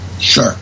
sure